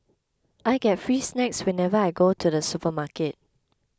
I get free snacks whenever I go to the supermarket